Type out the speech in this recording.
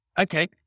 Okay